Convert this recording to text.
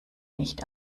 nicht